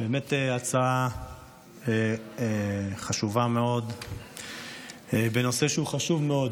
זו באמת הצעה חשובה מאוד בנושא חשוב מאוד,